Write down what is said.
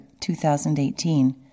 2018